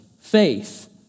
faith